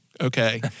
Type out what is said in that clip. okay